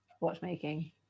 watchmaking